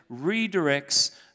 redirects